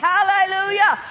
Hallelujah